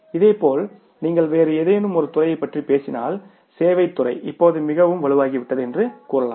இதேபோல் நீங்கள் வேறு ஏதேனும் ஒரு துறையைப் பற்றி பேசினால் சேவைத் துறை இப்போது மிகவும் வலுவாகிவிட்டது என்று கூறலாம்